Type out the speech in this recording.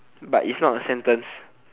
but it's not a sentence